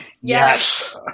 Yes